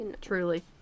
Truly